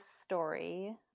story